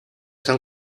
son